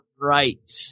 Right